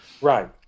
Right